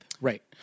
Right